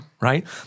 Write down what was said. Right